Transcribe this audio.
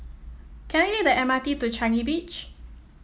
can I take the M R T to Changi Beach